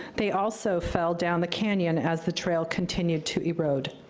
they also fell down the canyon as the trail continued to erode.